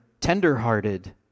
tenderhearted